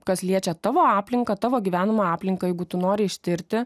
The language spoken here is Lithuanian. kas liečia tavo aplinką tavo gyvenamą aplinką jeigu tu nori ištirti